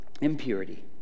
impurity